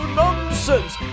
nonsense